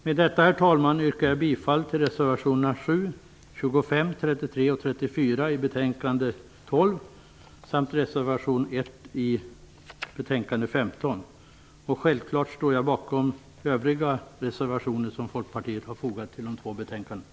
Med detta, herr talman, yrkar jag bifall till reservationerna 7, 25, 33 och 34 i betänkande 12 samt till reservation 1 i betänkande 15. Självfallet står jag bakom övriga reservationer som Folkpartiet har fogat till de två betänkandena.